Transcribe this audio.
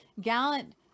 gallant